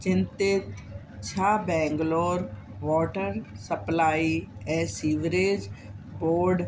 चिंतित छा Bangalore water supply ऐं सिवरेज बोड